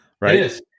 right